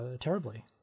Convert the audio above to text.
terribly